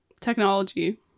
Technology